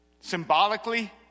symbolically